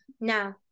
no